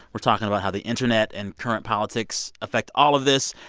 we're talking about how the internet and current politics affect all of this.